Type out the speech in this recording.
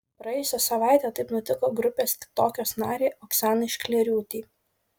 praėjusią savaitę taip nutiko grupės kitokios narei oksanai šklėriūtei